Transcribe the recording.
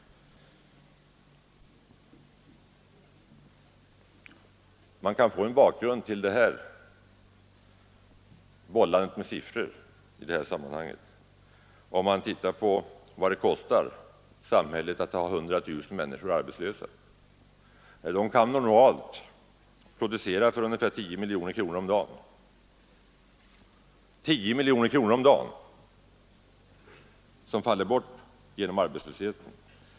Man kan få en bakgrund till det här bollandet med siffror om man ser på vad det kostar samhället att ha 100 000 människor arbetslösa. De kan normalt producera för ungefär 10 miljoner kronor per dag. Det är en produktion som faller bort genom arbetslösheten.